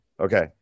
Okay